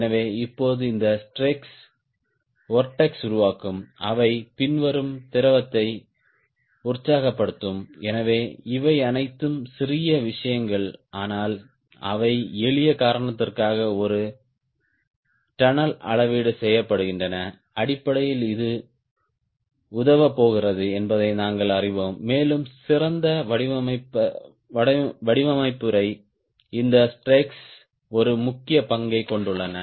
எனவே இப்போது இந்த ஸ்ட்ரேக்ஸ் வொர்ட்ஸ் உருவாக்கும் அவை பின்வரும் திரவத்தை உற்சாகப்படுத்தும் எனவே இவை அனைத்தும் சிறிய விஷயங்கள் ஆனால் அவை எளிய காரணத்திற்காக ஒரு டன்னல் அளவீடு செய்யப்படுகின்றன அடிப்படையில் இது உதவப் போகிறது என்பதை நாங்கள் அறிவோம் மேலும் சிறந்த வடிவமைப்பு வரை இந்த ஸ்ட்ரேக்ஸ் ஒரு முக்கிய பங்கைக் கொண்டுள்ளன